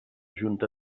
junta